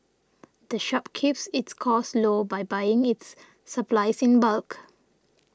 the shop keeps its costs low by buying its supplies in bulk